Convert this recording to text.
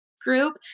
group